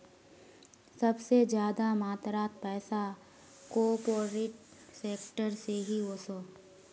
सबसे ज्यादा मात्रात पैसा कॉर्पोरेट सेक्टर से ही वोसोह